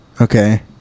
Okay